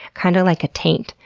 kind of like a taint,